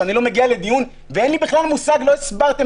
שאני לא מגיע לדיון ואין לי בכלל מושג מה קורה בהליך.